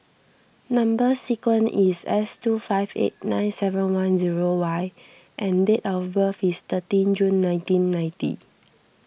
Number Sequence is S two five eight nine seven one zero Y and date of birth is thirteen June nineteen ninety